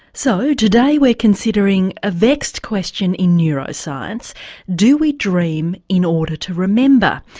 so today we're considering a vexed question in neuroscience do we dream in order to remember?